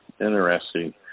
Interesting